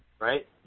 right